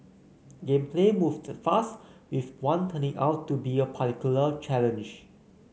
game play moved fast with one turning out to be a particular challenge